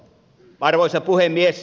arvoisa puhemies